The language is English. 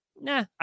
nah